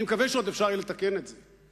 אני מקווה שעוד אפשר יהיה לתקן את זה.